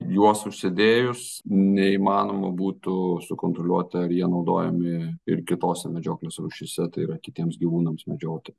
juos užsidėjus neįmanoma būtų sukontroliuoti ar jie naudojami ir kitose medžioklės rūšyse tai yra kitiems gyvūnams medžioti